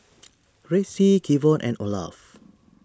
Ressie Kevon and Olaf